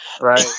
Right